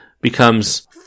becomes